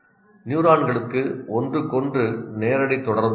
நியூரான்களுக்கு ஒன்றுக்கொன்று நேரடி தொடர்பு இல்லை